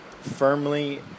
firmly